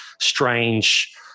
strange